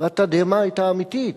והתדהמה היתה אמיתית,